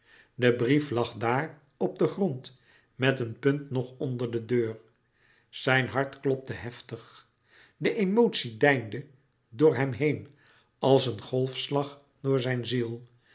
de brief lag daar op den grond met een punt nog onder de deur zijn hart klopte heftig de emotie deinde door hem heen als een golfslag door zijn ziel